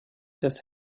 des